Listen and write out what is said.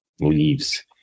leaves